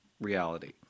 reality